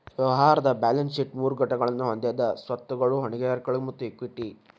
ವ್ಯವಹಾರದ್ balance sheet ಮೂರು ಘಟಕಗಳನ್ನ ಹೊಂದೆದ ಸ್ವತ್ತುಗಳು, ಹೊಣೆಗಾರಿಕೆಗಳು ಮತ್ತ ಇಕ್ವಿಟಿ